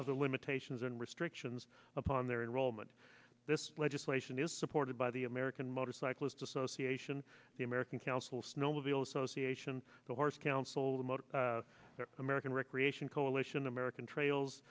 of the limitations and restrictions upon their enrollment this legislation is supported by the american motorcyclist association the american council snowmobile association the horse council the motor american recreation coalition american trails